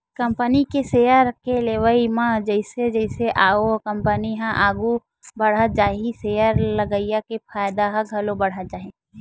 company के share के लेवई म जइसे जइसे ओ कंपनी ह आघू बड़हत जाही सेयर लगइया के फायदा ह घलो बड़हत जाही